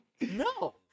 No